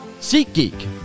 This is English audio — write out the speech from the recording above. SeatGeek